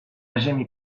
ziemi